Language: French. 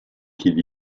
qu’il